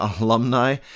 alumni